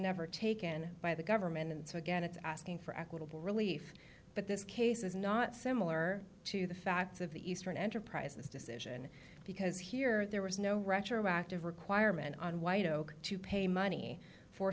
never taken by the government and so again it's asking for equitable relief but this case is not similar to the facts of the eastern enterprise this decision because here there was no retroactive requirement on white oak to pay money for